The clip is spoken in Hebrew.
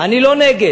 אני לא נגד.